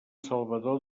salvador